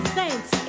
thanks